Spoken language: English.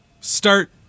start